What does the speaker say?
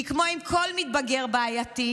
כי כמו עם כל מתבגר בעייתי,